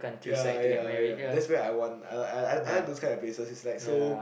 ya ya ya that's where uh I want I like those kind of places it's like so